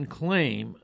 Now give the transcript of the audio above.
claim